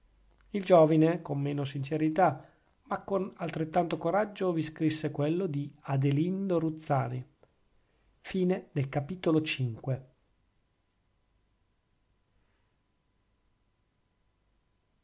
il giovine con meno sincerità ma con altrettanto coraggio vi scrisse quello di adelindo ruzzani vi